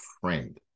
friend